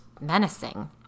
menacing